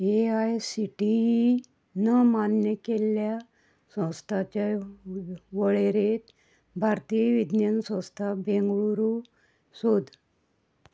A I C T E नमान्य केल्ल्या संस्थाच्या वळेरेंत भारतीय विज्ञान संस्था बेंगळुरू सोद